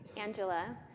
Angela